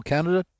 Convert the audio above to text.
Canada